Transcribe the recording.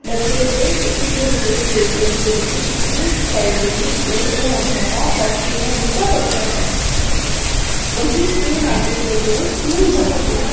बच्चे दे इक्क किलोमीटर दे रेडियस दे बिच्च इक प्राईमरी स्कूल होना चाहिदा ताकी जेह्ड़ा निक्का बच्चा ऐ उस्सी स्कूल आस्तै दूर कुदै नेईं जाना प'वै